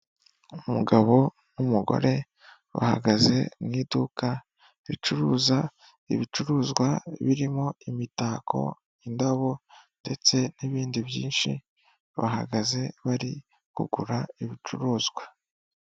Umugabo n'umugore bahagaze mu iduka ricuruza ibicuruzwa birimo imitako ,indabo ndetse n'ibindi byinshi bahagaze bari kugura ibicuruzwa.